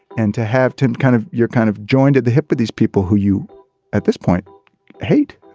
and to have to kind of you're kind of joined at the hip with these people who you at this point hate.